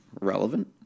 relevant